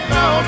no